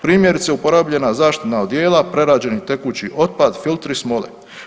Primjerice uporabljena zaštitna odijela, prerađeni tekući otpad, filtri, smole.